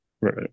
Right